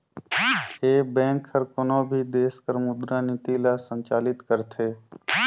ए bank हर कोनो भी देस कर मुद्रा नीति ल संचालित करथे